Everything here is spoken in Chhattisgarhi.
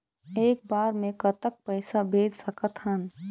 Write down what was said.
एक बार मे कतक पैसा भेज सकत हन?